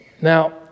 Now